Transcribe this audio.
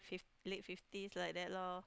fif~ late fifties like that loh